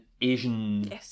Asian